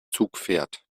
zugpferd